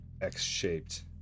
X-shaped